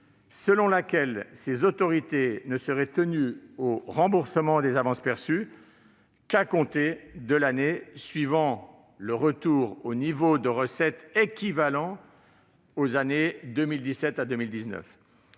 selon laquelle ces autorités ne seraient tenues au remboursement des avances perçues qu'à compter de l'année suivant le retour d'un niveau de recettes équivalent aux années 2017 à 2019.